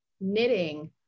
knitting